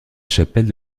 chapelle